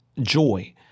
joy